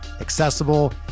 accessible